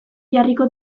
jarriko